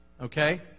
Okay